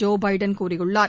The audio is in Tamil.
ஜோ பைடன் கூறியுள்ளார்